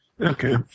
Okay